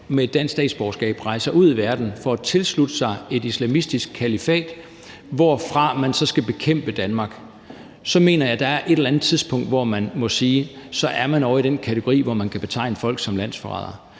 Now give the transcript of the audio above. med et dansk statsborgerskab, rejser ud i verden for at tilslutte sig et islamistisk kalifat, hvorfra man så skal bekæmpe Danmark, så mener jeg, at der er et eller andet tidspunkt, hvor vi må sige, at så er vi ovre i den kategori, hvor vi kan betegne folk som landsforrædere.